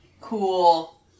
cool